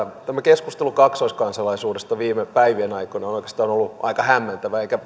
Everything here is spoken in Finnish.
tämä keskustelu kaksoiskansalaisuudesta viime päivien aikana on oikeastaan ollut aika hämmentävä eikä